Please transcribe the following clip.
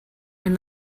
and